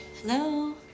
Hello